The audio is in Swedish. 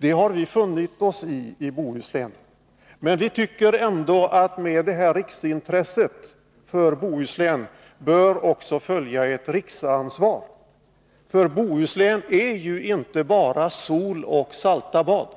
Det har vi funnit oss i i Bohuslän, men vi tycker ändå att med det här riksintresset för Bohuslän också bör följa ett riksansvar. Bohuslän är inte bara sol och salta bad.